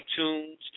iTunes